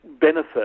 benefit